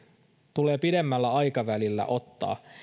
tulee pidemmällä aikavälillä ottaa